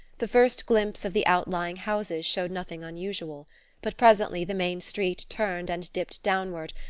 the first glimpse of the outlying houses showed nothing unusual but presently the main street turned and dipped downward,